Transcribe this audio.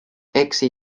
exe